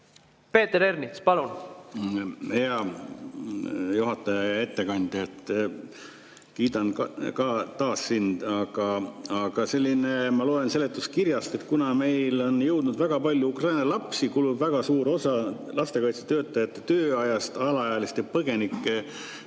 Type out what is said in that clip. Peeter Ernits, palun! Hea juhataja! Hea ettekandja! Kiidan ka taas sind. Aga ma loen seletuskirjast, et kuna meile on jõudnud väga palju Ukraina lapsi, kulub väga suur osa lastekaitsetöötajate tööajast alaealiste põgenike